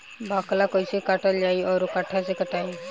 बाकला कईसे काटल जाई औरो कट्ठा से कटाई?